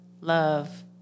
love